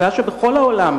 וזאת בשעה שבכל העולם,